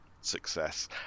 success